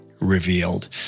revealed